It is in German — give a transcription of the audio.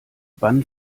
wann